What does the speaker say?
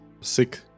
sick